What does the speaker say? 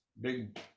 big